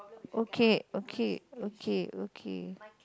okay okay okay okay